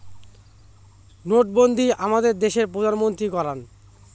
নোটবন্ধী আমাদের দেশের প্রধানমন্ত্রী করান